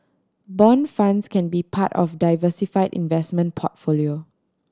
bond funds can be part of diversify investment portfolio